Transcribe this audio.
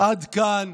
עד כאן,